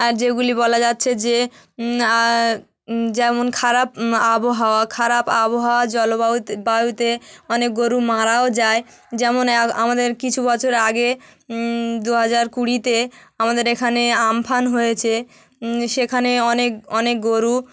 আর যেগুলি বলা যাচ্ছে যে যেমন খারাপ আবহাওয়া খারাপ আবহাওয়া জলবাউতে বায়ুতে অনেক গরু মারাও যায় যেমন আমাদের কিছু বছর আগে দুহাজার কুড়িতে আমাদের এখানে আমফান হয়েছে সেখানে অনেক অনেক গরু